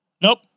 Nope